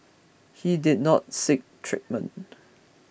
he did not seek treatment